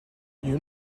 you